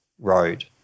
road